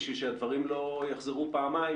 כדי שהדברים לא יחזרו פעמיים.